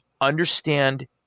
understand